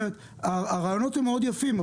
הרעיונות הם מאוד יפים,